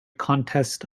contests